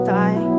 die